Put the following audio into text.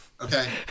okay